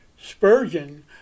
Spurgeon